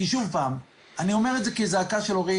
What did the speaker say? כי שוב פעם: אני אומר כזעקה של הורים,